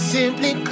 Simply